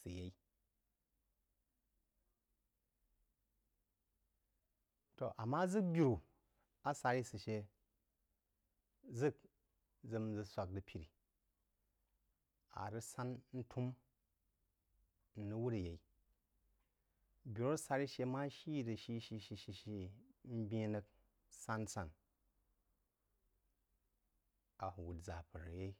səyeí asarí, bye-ī asárī a rəg yá birú səyei tō ammá ʒə swǎk rəg pir, a rəg sánd ntōōm wūr yeī, binú asari̍ shə má shī rəg shī shī shī n bēn rəg sán sán, á wūd ʒāpər yei